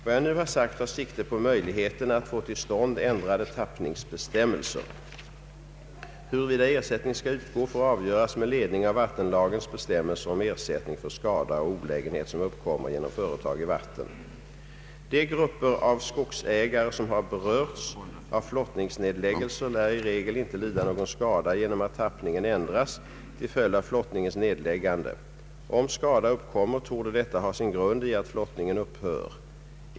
Vad jag nu har sagt tar sikte på möjligheten att få till stånd ändrade tappningsbestämmelser. Huruvida =<ersättning skall utgå får avgöras med ledning av vattenlagens bestämmelser om ersättning för skada och olägenhet som uppkommer genom företag i vatten. De grupper av skogsägare som har berörts av flottningsnedläggelser lär i regel inte lida någon skada genom att tappningen ändras till följd av flottningens nedläggande. Om skada uppkommer, torde detta ha sin grund i att flottningen upphör.